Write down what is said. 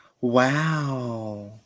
Wow